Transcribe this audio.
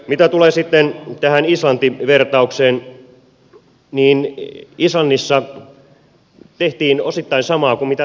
mitä tulee tähän islanti vertaukseen niin islannissa tehtiin osittain samaa kuin täällä